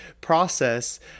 process